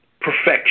perfection